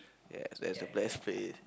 yes that is the best place